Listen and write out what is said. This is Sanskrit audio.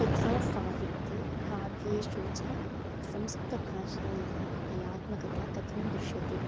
कथासाहित्ये काव्येषु च संस्कृतभाषायाः कलात्मकता कथं दृश्यते